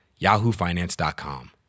yahoofinance.com